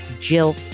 Jill